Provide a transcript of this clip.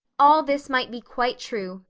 all this might be quite true,